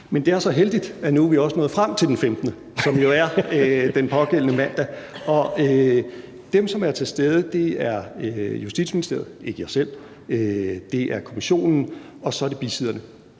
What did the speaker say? Men det er så heldigt, at vi nu også er nået frem til den 15. november, som jo er den pågældende mandag, og dem, som er til stede, er Justitsministeriet – ikke jeg selv – det er kommissionen, og så er det bisidderne.